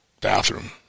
bathroom